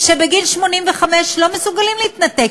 שבגיל 85 לא מסוגלים להתנתק,